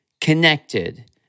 connected